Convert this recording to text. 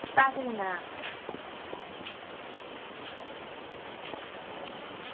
पैसे किन्ने लैने